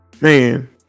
man